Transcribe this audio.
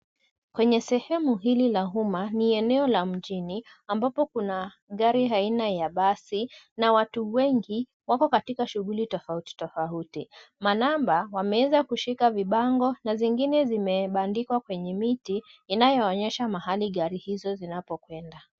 Kwenye sehemu hili la umma, ni eneo la mjini ambapo kuna gari aina ya basi na watu wengi wako katika shughuli tofauti tofauti. Manamba wameweza kushika vibango na zingine zimebandikwa kwenye miti, inayoonyesha mahali gari hizo zinapokwenda.